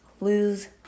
lose